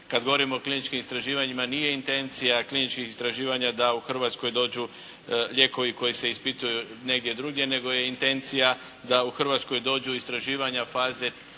Kad govorim o kliničkim istraživanjima, nije intencija kliničkih istraživanja da u Hrvatskoj dođu lijekovi koji se ispituju negdje drugdje, nego je intencija da u Hrvatskoj dođu istraživanja faze